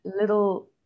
little